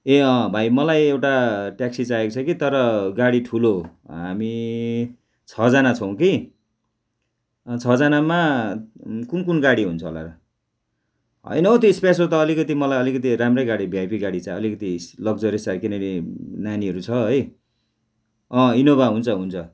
ए अँ भाइ मलाई एउटा ट्याक्सी चाहिएको छ कि तर गाडी ठुलो हामी छजना छौँ कि छजनामा कुन कुन गाडी हुन्छ होला र होइन हौ त्यो स्प्यासियो त अलिकति मलाई अलिकति राम्रै गाडी भिआइपी गाडी चाहियो अलिकति लक्जरियस चाहियो किनभने नानीहरू छ है अँ इनोभा हुन्छ हुन्छ